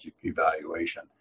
evaluation